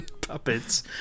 puppets